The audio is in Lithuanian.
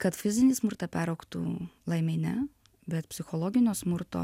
kad fizinį smurtą peraugtų laimei ne bet psichologinio smurto